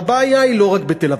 והבעיה היא לא רק בתל-אביב.